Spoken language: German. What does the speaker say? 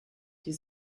die